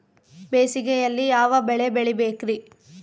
ಬೇಸಿಗೆಯಲ್ಲಿ ಯಾವ ಬೆಳೆ ಬೆಳಿಬೇಕ್ರಿ?